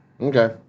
Okay